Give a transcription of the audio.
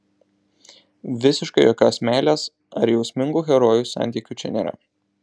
visiškai jokios meilės ar jausmingų herojų santykių čia nėra